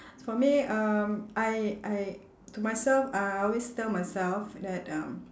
for me um I I to myself uh I always tell myself that um